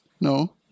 No